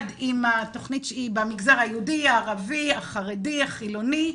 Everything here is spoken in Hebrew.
היא במגזר היהודי, הערבי, החרדי והחילוני,